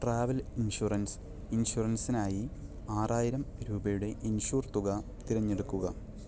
travel insurance ഇൻഷുറൻസിനായി ആറായിരം രൂപയുടെ ഇൻഷുർ തുക തിരഞ്ഞെടുക്കുക